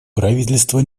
правительства